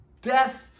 death